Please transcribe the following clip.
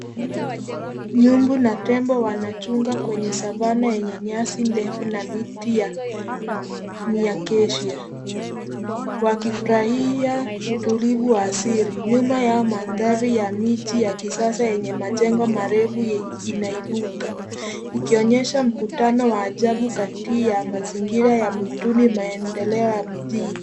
Nyungu na tembo wanachunga kwenye savannah yenye nyasi ndefu na miti ya miacacia wakifurahia utulivu wa asili. Nyuma yao mandhari ya miji ya kisasa yenye majengo marefu inaibuka ikionyesha mkutano wa ajabu kati ya mazingira ya mwituni maendeleo ya mijini.